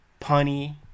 punny